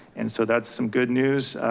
and so that's some good news.